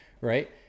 right